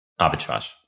arbitrage